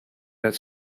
that